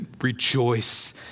rejoice